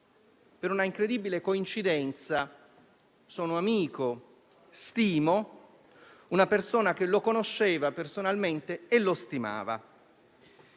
per un'incredibile coincidenza, sono amico, stimo una persona che lo conosceva personalmente e lo stimava.